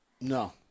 No